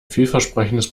vielversprechendes